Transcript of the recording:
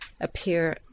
appear